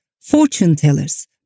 fortune-tellers